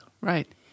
right